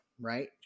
right